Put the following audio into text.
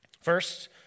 First